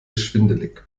schwindelig